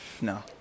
No